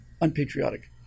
unpatriotic